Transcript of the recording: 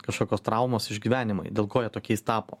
kažkokios traumos išgyvenimai dėl ko jie tokiais tapo